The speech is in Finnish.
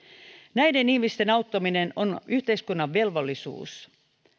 näiden ihmisten auttaminen on yhteiskunnan velvollisuus